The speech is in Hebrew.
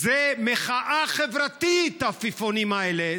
זו מחאה חברתית, העפיפונים האלה?